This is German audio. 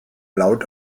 laut